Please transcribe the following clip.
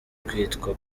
kwitwa